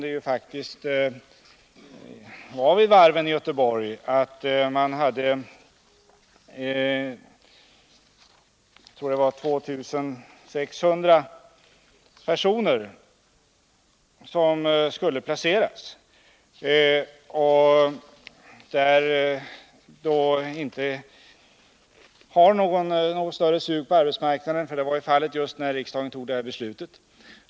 Det var faktiskt så vid varven i Göteborg när riksdagen — garantin för anfattade det här beslutet, att 2 600 personer skulle placeras och att det inte var — ställda vid Svenska någon större efterfrågan på arbetsmarknaden.